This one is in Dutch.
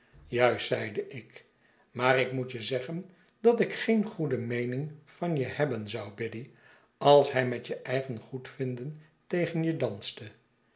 maaktjuist zeide ik maar ik moet je zeggen dat ik geen goede meening van je hebben zou biddy als hij met je eigen goedvinden tegen je danste